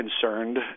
concerned